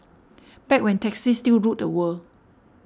back when taxis still ruled the world